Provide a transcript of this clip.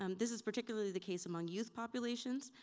um this is particularly the case among youth populations,